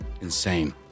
Insane